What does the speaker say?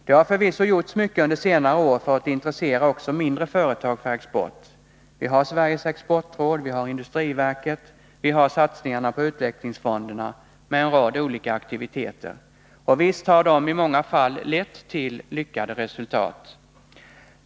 Det har förvisso gjorts mycket under senare år för att intressera också mindre företag för export: Vi har Sveriges Exportråd, vi har industriverkets arbete, vi har satsningarna på utvecklingsfonderna med en rad olika aktiviteter, och visst har de i många fall lett till lyckade resultat.